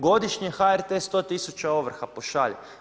Godišnje HRT 100 000 ovrha pošalje.